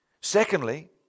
Secondly